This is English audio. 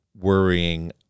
worrying